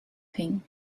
thing